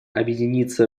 объединиться